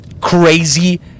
crazy